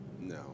no